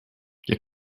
you